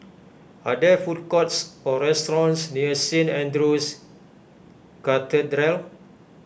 are there food courts or restaurants near Saint andrew's Cathedral